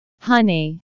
honey